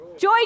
Joy